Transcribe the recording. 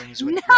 No